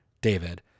David